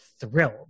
thrilled